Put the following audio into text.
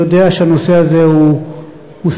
יודע שהנושא הזה הוא סמל,